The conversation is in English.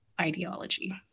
ideology